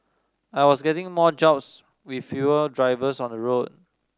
I was getting more jobs with fewer drivers on the road